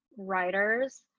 writers